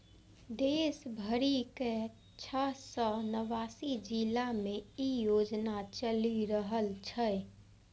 देश भरिक छह सय नवासी जिला मे ई योजना चलि रहल छै